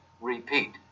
repeat